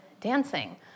dancing